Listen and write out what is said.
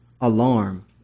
alarm